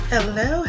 Hello